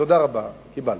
תודה רבה, קיבלתי.